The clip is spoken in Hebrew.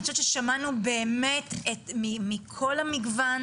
אני חושבת ששמענו באמת מכל המגוון.